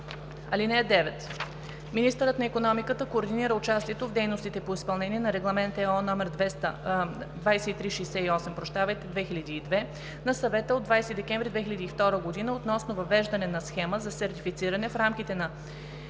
ал. 1. (9) Министърът на икономиката координира участието в дейностите по изпълнение на Регламент (ЕО) № 2368/2002 на Съвета от 20 декември 2002 г. относно въвеждане на схема за сертифициране в рамките на